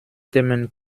themen